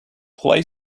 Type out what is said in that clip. play